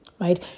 right